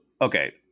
okay